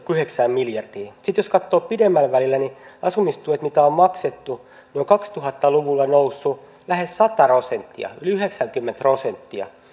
yhdeksään miljardiin sitten jos katsoo pidemmällä välillä niin asumistuet joita on maksettu ovat kaksituhatta luvulla nousseet lähes sata prosenttia yli yhdeksänkymmentä prosenttia